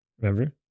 Remember